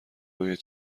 باید